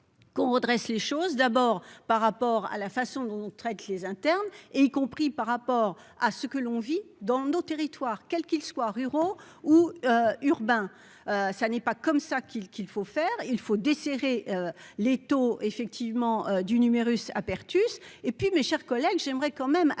qu'on redresse les choses, d'abord par rapport à la façon dont on traite les internes et y compris par rapport à ce que l'on vit dans nos territoires, quels qu'ils soient ruraux ou urbains, ça n'est pas comme ça qu'il qu'il faut faire, il faut desserrer l'étau effectivement du numerus apertus et puis, mes chers collègues, j'aimerais quand même attirer